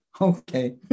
okay